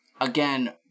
again